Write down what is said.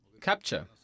capture